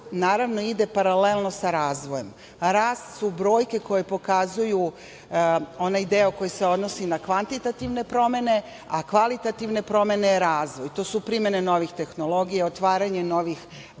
naravno, ide paralelno sa razvojem. Rast su brojke koje pokazuju onaj deo koji se odnosi na kvantitativne promene, a kvalitativne promene su razvoj. To su primene novih tehnologija, otvaranje novih